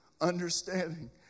understanding